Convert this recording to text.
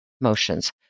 motions